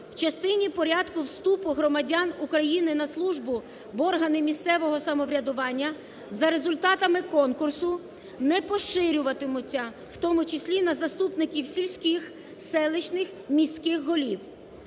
в частині порядку вступу громадян України на службу в органи місцевого самоврядування за результатами конкурсу, не поширюватимуться в тому числі на заступників сільських, селищних, міських голів.